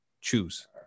choose